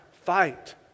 fight